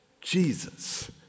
Jesus